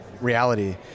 reality